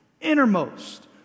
innermost